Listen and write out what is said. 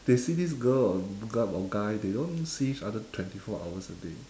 they see this girl or g~ or guy they don't see each other twenty four hours a day